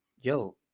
yo